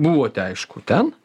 buvote aišku ten